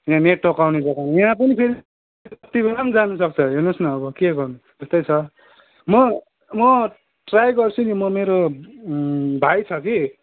यहाँ नेटवर्क आउने जग्गामा यहाँ पनि फेरि जति बेला पनि जानुसक्छ हेर्नुहोस् न अब के गर्नु त्यस्तै छ म म ट्राइ गर्छु नि म मेरो भाइ छ कि